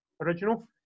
original